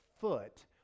foot